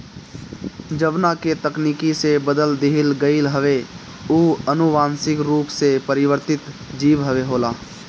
जवना के तकनीकी से बदल दिहल गईल हवे उ अनुवांशिक रूप से परिवर्तित जीव होला